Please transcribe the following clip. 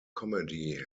comedy